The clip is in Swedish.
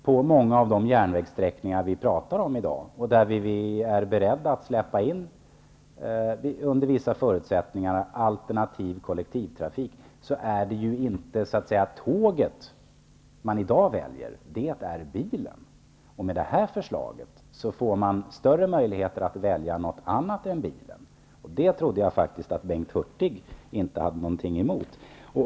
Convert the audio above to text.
På många av de järnvägssträckningar som vi talar om i dag, och där vi under vissa förutsättningar är beredda att släppa in alternativ kollektivtrafik, är det faktiskt inte tåget som man väljer. Det är bilen. Med detta förslag får man större möjligheter att välja något annat än bilen. Det trodde jag faktiskt att Bengt Hurtig inte hade något emot.